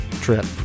trip